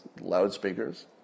loudspeakers